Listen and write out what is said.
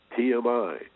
TMI